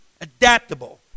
adaptable